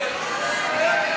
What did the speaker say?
הצעת סיעת